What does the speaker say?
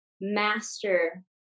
master